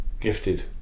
gifted